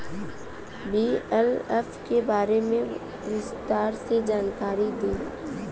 BLF के बारे में विस्तार से जानकारी दी?